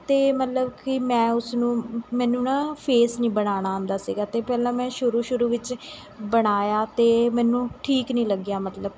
ਅਤੇ ਮਤਲਬ ਕਿ ਮੈਂ ਉਸਨੂੰ ਮੈਨੂੰ ਨਾ ਫੇਸ ਨਹੀਂ ਬਣਾਉਣਾ ਆਉਂਦਾ ਸੀਗਾ ਅਤੇ ਪਹਿਲਾਂ ਮੈਂ ਸ਼ੁਰੂ ਸ਼ੁਰੂ ਵਿੱਚ ਬਣਾਇਆ ਅਤੇ ਮੈਨੂੰ ਠੀਕ ਨਹੀਂ ਲੱਗਿਆ ਮਤਲਬ